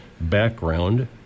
background